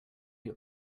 your